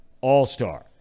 all-star